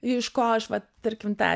iš ko aš vat tarkim tą